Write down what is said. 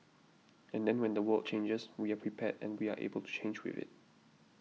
and then when the world changes we are prepared and we are able to change with it